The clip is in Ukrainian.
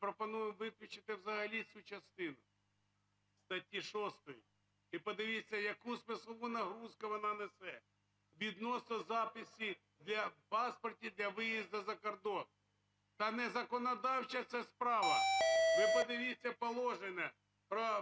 І подивіться, яку смислову нагрузку вона несе? Відносно запису в паспорті для виїзду за кордон. Та не законодавча це справа. Ви подивіться, положення про